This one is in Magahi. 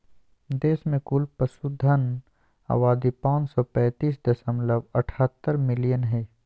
देश में कुल पशुधन आबादी पांच सौ पैतीस दशमलव अठहतर मिलियन हइ